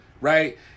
right